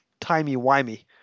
timey-wimey